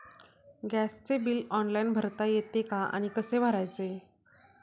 गॅसचे bill online भरता येते का आणि कसे भरायचे?